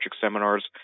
seminars